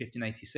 1586